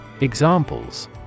Examples